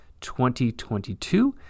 2022